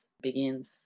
begins